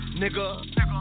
nigga